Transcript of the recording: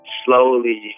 slowly